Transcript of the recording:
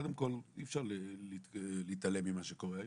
קודם כל, אי אפשר להתעלם ממה שקורה היום.